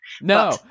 no